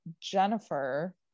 Jennifer